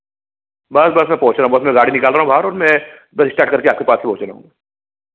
बस बस मैं पहुँच रहा हूँ बस मैं गाड़ी निकाल रहा हूँ बाहर और मैं बस स्टार्ट करके आपके पास पहुँच रहा हूँ